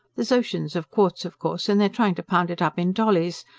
there's oceans of quartz, of course, and they're trying to pound it up in dollies,